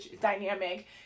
dynamic